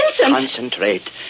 Concentrate